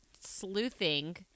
sleuthing